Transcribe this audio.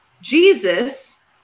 Jesus